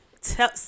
tell